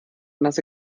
nasse